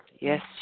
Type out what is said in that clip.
Yes